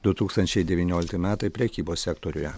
du tūkstančiai devyniolikti metai prekybos sektoriuje